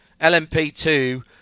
lmp2